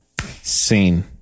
Scene